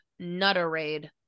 nutterade